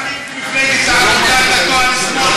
את מפלגת העבודה בתואר שמאל,